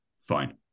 Fine